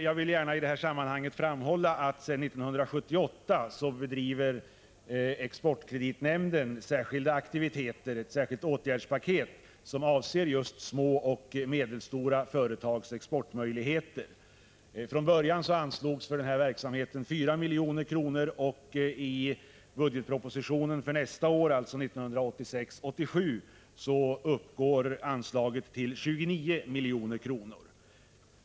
Jag vill i detta sammanhang gärna framhålla att exportkreditnämnden sedan 1978 har ett särskilt åtgärdspaket till förmån för just små och medelstora företags exportmöjligheter. Från början anslogs 4 milj.kr. till denna verksamhet, och i budgetpropositionen för nästa år, alltså 1986/87, uppgår anslaget till 29 milj.kr.